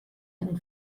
einem